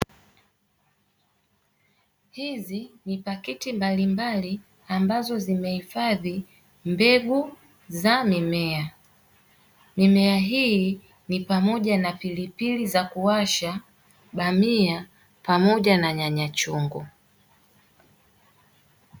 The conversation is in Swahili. Hizi ni pakiti mbalimbali ambazo zimehifadhi mbegu za mimea, mimea hii ni pamoja na pilipili za kuwasha, bamia pamoja na nyanya chungu.